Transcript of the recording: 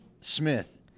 smith